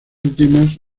últimas